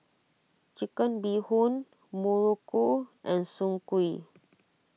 Chicken Bee Hoon Muruku and Soon Kuih